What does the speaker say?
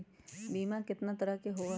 बीमा केतना तरह के होइ?